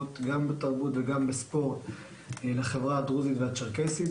גם בתרבות וגם בספורט לחברה הדרוזית והצ'רקסית.